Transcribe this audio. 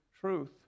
truth